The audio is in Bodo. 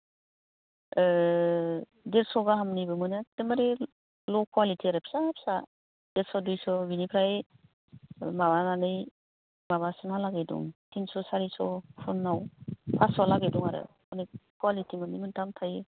देरस' गाहामनिबो मोनो एकदमबारे ल' क्वालिटि आरो फिसा फिसा देरस' दुइस' बिनिफ्राय माबानानै माबासिमहालागै दं थिनस' सारिस' टनाव फासस'हालागै दं आरो मानि क्वालिटि मोननै मोनथाम थायो